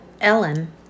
Ellen